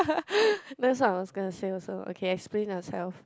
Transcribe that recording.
that's what I was gonna say also okay explain yourself